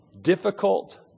difficult